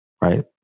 right